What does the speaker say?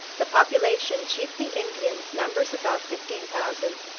the population, chiefly indians, numbers about fifteen thousand.